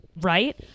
right